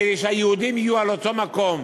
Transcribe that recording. כדי שהיהודים יהיו על אותו מקום.